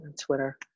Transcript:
Twitter